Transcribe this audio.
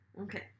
Okay